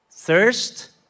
Thirst